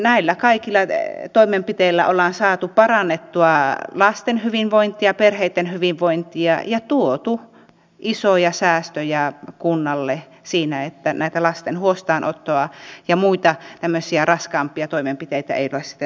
näillä kaikilla toimenpiteillä ollaan saatu parannettua lasten hyvinvointia perheitten hyvinvointia ja tuotu isoja säästöjä kunnalle siinä että tätä lasten huostaanottoa ja muita tämmöisiä raskaampia toimenpiteitä ei ole sitten tarvittu